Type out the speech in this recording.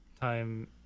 time